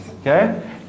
okay